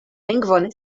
lingvon